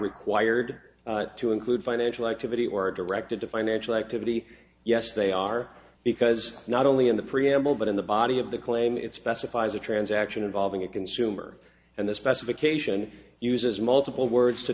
required to include financial activity or directed to financial activity yes they are because not only in the preamble but in the body of the claim it's specifies a transaction involving a consumer and the specification uses multiple words to